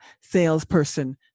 salesperson